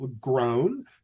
grown